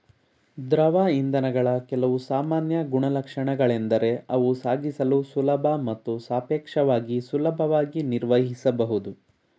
ದ್ರವ ಇಂಧನಗಳ ಕೆಲವು ಸಾಮಾನ್ಯ ಗುಣಲಕ್ಷಣಗಳೆಂದರೆ ಅವು ಸಾಗಿಸಲು ಸುಲಭ ಮತ್ತು ಸಾಪೇಕ್ಷವಾಗಿ ಸುಲಭವಾಗಿ ನಿರ್ವಹಿಸಬಹುದು